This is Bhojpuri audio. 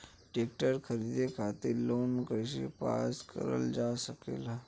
ट्रेक्टर खरीदे खातीर लोन कइसे पास करल जा सकेला?